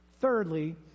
Thirdly